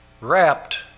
wrapped